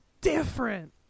different